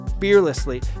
fearlessly